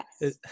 Yes